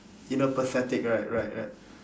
you know pathetic right right right